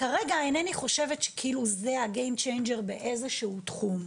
כרגע אינני חושבת שכאילו זה משנה את המשחק באיזה שהוא תחום.